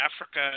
Africa